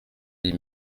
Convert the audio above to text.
dix